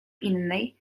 innej